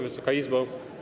Wysoka Izbo!